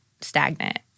stagnant